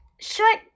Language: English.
short